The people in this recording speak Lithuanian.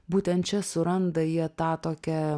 būtent čia suranda jie tą tokią